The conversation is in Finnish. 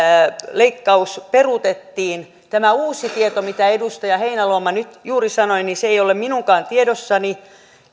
leikkaus peruutettiin tämä uusi tieto mitä edustaja heinäluoma nyt juuri sanoi ei ole minunkaan tiedossani